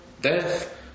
death